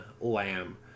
lamb